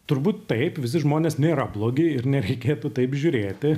turbūt taip visi žmonės nėra blogi ir nereikėtų taip žiūrėti